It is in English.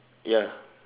ya